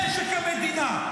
משק המדינה.